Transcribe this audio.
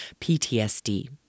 PTSD